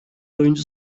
oyuncu